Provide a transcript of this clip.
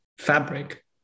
fabric